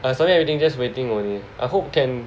I submit everything just waiting only I hope can